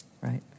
right